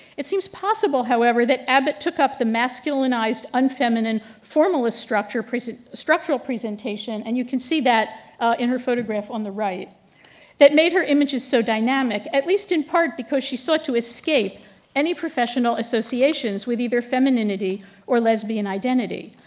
it seems possible, however, that abbott took up the masculinized unfeminine and formalist structural presentation and you can see that in her photograph on the right that made her image is so dynamic at least in part because she sought to escape any professional associations with either femininity or lesbian identity.